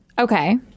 Okay